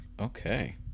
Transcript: Okay